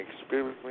experience